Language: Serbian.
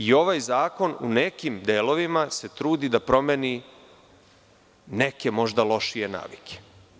I ovaj zakon u nekim delovima se trudi da promeni neke možda lošije navike.